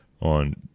on